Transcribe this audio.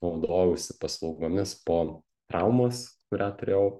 naudojausi paslaugomis po traumos kurią turėjau